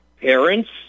parents